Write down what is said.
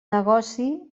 negoci